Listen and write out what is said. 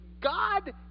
God